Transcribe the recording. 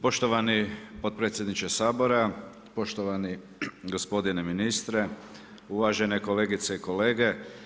Poštovani potpredsjedniče Sabora, poštovani gospodine ministre, uvažene kolegice i kolege.